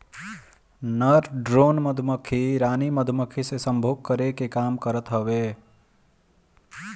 नर ड्रोन मधुमक्खी रानी मधुमक्खी से सम्भोग करे कअ काम करत हवे